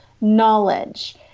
knowledge